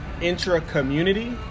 intra-community